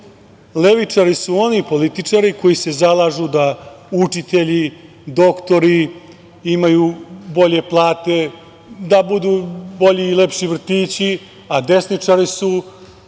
levičari su oni političari koji se zalažu da učitelji, doktori imaju bolje plate, da budu bolji i lepši vrtići, a desničari su